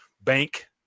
bank